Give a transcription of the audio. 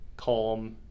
calm